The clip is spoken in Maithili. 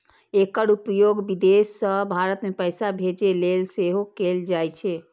एकर उपयोग विदेश सं भारत मे पैसा भेजै लेल सेहो कैल जाइ छै